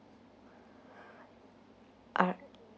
alright